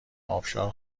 ابشار